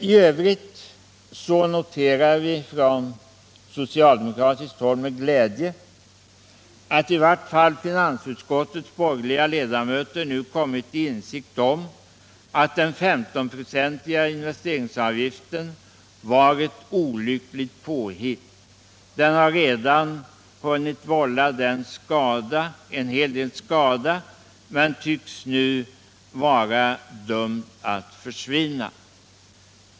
I övrigt noterar vi från socialdemokratiskt håll med glädje att i vart fall finansutskottets borgerliga ledamöter nu kommit till insikt om att den 15-procentiga investeringsavgiften var ett olyckligt påhitt. Den har redan hunnit vålla en hel del skada, men tycks nu vara dömd att försvinna.